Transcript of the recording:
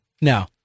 No